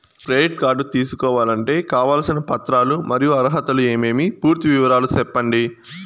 Credit card తీసుకోవాలంటే కావాల్సిన పత్రాలు మరియు అర్హతలు ఏమేమి పూర్తి వివరాలు సెప్పండి?